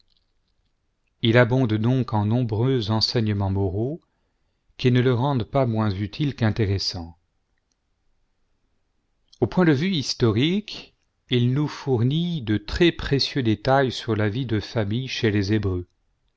il abonde donc en nombreux enseignements moraux qui ne le rendent pas moins utile qu'intéressant au point de vue historique il nous fournit de très précieux détails sur la vie de famille chez les hébreu